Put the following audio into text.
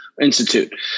Institute